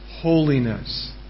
holiness